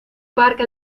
parque